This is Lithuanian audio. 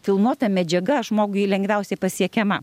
filmuota medžiaga žmogui lengviausiai pasiekiama